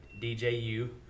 DJU